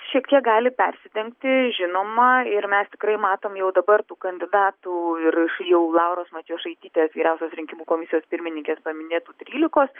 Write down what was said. šiek tiek gali persidengti žinoma ir mes tikrai matom jau dabar tų kandidatų ir iš jau lauros matjošaitytės vyriausios rinkimų komisijos pirmininkės paminėtų trylikos